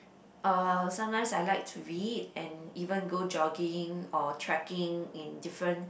uh sometimes I like to read and even go jogging or trekking in different